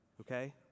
okay